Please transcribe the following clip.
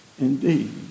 indeed